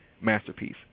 masterpiece